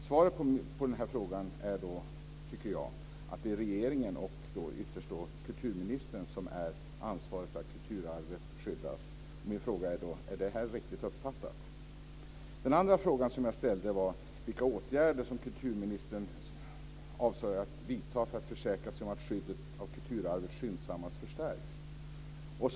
Svaret på den här frågan är då, tycker jag, att det är regeringen, och ytterst kulturministern, som är ansvarig för att kulturarvet skyddas. Min fråga är då: Är det här riktigt uppfattat? Den andra frågan, som jag ställde, var vilka åtgärder som kulturministern avser att vidta för att försäkra sig om att skyddet av kulturarvet skyndsammast förstärks.